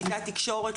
כיתת תקשורת,